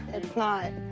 it's not.